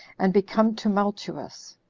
and become tumultuous.